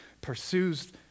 pursues